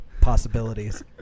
possibilities